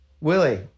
Willie